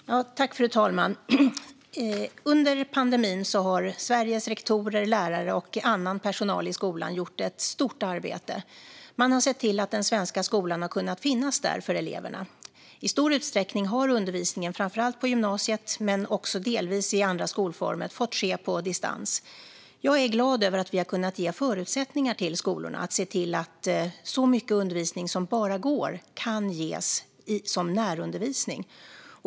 Svar på interpellationer Fru talman! Under pandemin har rektorer, lärare och annan personal i Sveriges skolor gjort ett stort arbete. Man har sett till att den svenska skolan kunnat finnas där för eleverna. I stor utsträckning har undervisningen, framför allt på gymnasiet men också delvis i andra skolformer, fått ske på distans. Jag är glad över att vi har kunnat ge förutsättningar till skolorna att se till att så mycket undervisning som bara går kan ges som närundervisning.